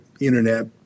internet